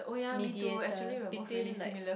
mediator between like